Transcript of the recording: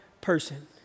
person